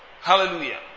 Hallelujah